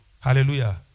Hallelujah